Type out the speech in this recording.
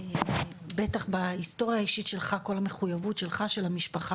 בטח בהיסטוריה שלך וכל המחויבות שלך ושל המשפחה